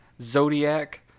Zodiac